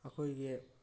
ꯑꯩꯈꯣꯏꯒꯤ